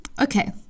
okay